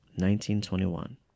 1921